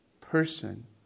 person